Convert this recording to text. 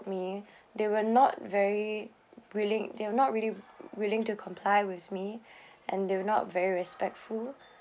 me they were not very willing they were not really willing to comply with me and they were not very respectful